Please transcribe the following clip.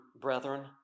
brethren